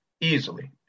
Easily